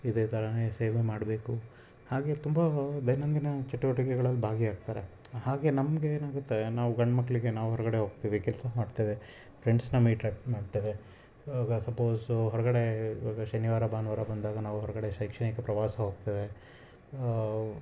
ಇದೇ ಥರನೇ ಸೇವೆ ಮಾಡಬೇಕು ಹಾಗೇ ತುಂಬ ದೈನಂದಿನ ಚಟುವಟಿಕೆಗಳಲ್ಲಿ ಭಾಗಿಯಾಗ್ತಾರೆ ಹಾಗೇ ನಮ್ಗೆ ಏನಾಗುತ್ತೆ ನಾವು ಗಂಡು ಮಕ್ಕಳಿಗೆ ನಾವು ಹೊರಗಡೆ ಹೋಗ್ತೀವಿ ಕೆಲಸ ಮಾಡ್ತೇವೆ ಫ್ರೆಂಡ್ಸ್ನ ಮೀಟ್ ಮಾಡ್ತೇವೆ ಇವಾಗ ಸಪೋಸು ಹೊರಗಡೆ ಇವಾಗ ಶನಿವಾರ ಭಾನುವಾರ ಬಂದಾಗ ನಾವು ಹೊರಗಡೆ ಶೈಕ್ಷಣಿಕ ಪ್ರವಾಸ ಹೋಗ್ತೇವೆ